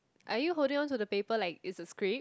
are you holding on to the paper like it's a script